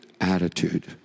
attitude